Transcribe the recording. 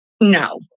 No